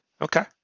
okay